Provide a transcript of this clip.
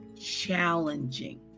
challenging